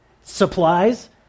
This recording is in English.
supplies